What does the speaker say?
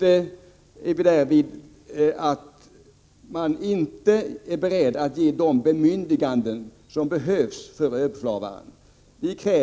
Där är man inte beredd att ge överbefälhavaren de bemyndiganden som behövs.